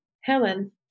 Helen